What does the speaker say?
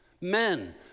Men